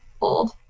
old